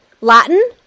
Latin